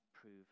prove